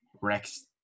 Rex